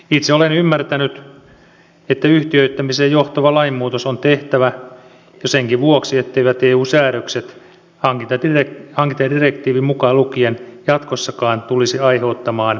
itse olen ymmärtänyt että yhtiöittämiseen johtava lainmuutos on tehtävä jo senkin vuoksi etteivät eu säädökset hankintadirektiivi mukaan lukien jatkossakaan tulisi aiheuttamaan uhkaa